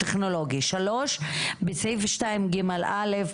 טכנולוגי."; (3)בסעיף 2ג(א),